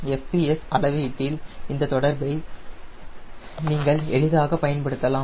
FPS அளவீட்டில் இந்த தொடர்பை நீங்கள் எளிதாக பயன்படுத்தலாம்